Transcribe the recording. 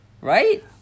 Right